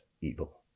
evil